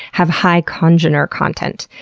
have high congener content,